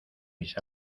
mis